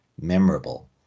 memorable